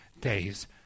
days